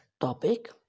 topic